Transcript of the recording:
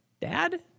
Dad